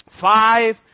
five